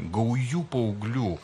gaujų paauglių